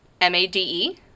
M-A-D-E